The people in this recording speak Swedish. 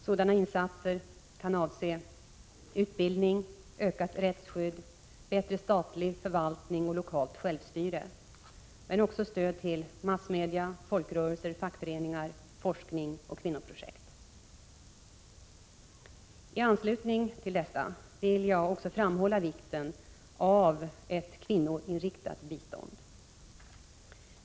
Sådana insatser kan avse utbildning, ökat rättsskydd, bättre statlig förvaltning och lokalt självstyre men också stöd till massmedia, folkrörelser och fackföreningar, forskning och kvinnoprojekt. I anslutning till detta vill jag också framhålla vikten av ett kvinnoinriktat bistånd.